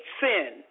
sin